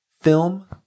film